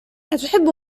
أتحب